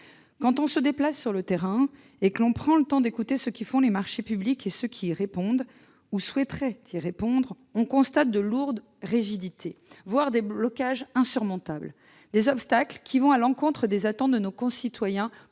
Quand on se déplace sur le terrain et que l'on prend le temps d'écouter ceux qui préparent les marchés publics et ceux qui y répondent ou souhaiteraient y répondre, on constate de lourdes rigidités, voire des blocages insurmontables. Ces obstacles vont à l'encontre des attentes de nos citoyens